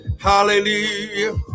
Hallelujah